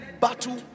battle